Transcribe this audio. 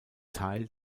teil